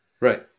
Right